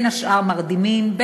בין השאר מרדימים,